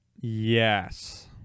yes